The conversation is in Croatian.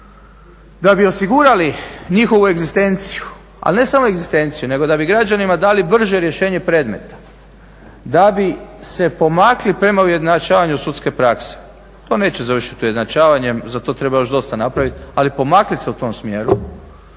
da bi osigurali njihovu egzistenciju ali ne samo egzistenciju nego da bi građanima dali brže rješenje predmeta, da bi se pomakli prema ujednačavanju sudske prakse, to neće završiti ujednačavanjem za to treba još dosta napraviti, ali pomaknuti se u tom smjeru.